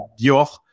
Dior